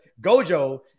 Gojo